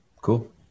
Cool